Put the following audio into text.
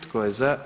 Tko je za?